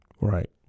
Right